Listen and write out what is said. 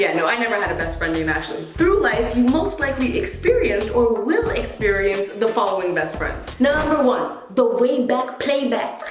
you know i never had a best friend named ashley. through life, you most likely experienced or will experience the following best friends. number one, the wayback playback,